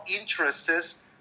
interests